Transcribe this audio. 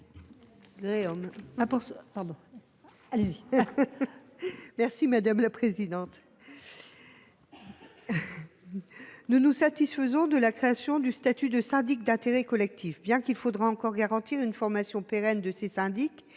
Mme Michelle Gréaume. Nous nous satisfaisons de la création du statut de syndic d’intérêt collectif, même s’il faudra encore garantir une formation pérenne de ces